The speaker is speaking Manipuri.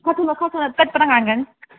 ꯈꯔ ꯊꯨꯅ ꯈꯔ ꯊꯨꯅ ꯇꯠꯄꯅ ꯍꯥꯟꯒ꯭ꯔꯅꯤ